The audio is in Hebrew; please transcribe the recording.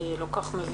אני לא כל כך מבינה.